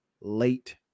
late